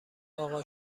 اقا